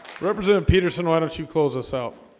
representin peterson, why don't you close us out?